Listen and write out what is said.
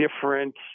different